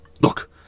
Look